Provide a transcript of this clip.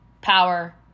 power